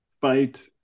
fight